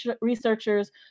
researchers